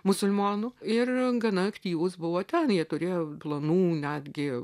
musulmonų ir gana aktyvūs buvo ten jie turėjo planų netgi